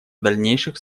дальнейших